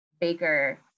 baker